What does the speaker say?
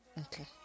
Okay